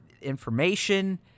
information